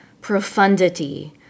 Profundity